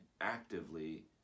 actively